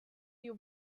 you